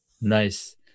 Nice